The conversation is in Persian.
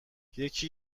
یکی